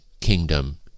kingdom